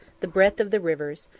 the breadth of the rivers,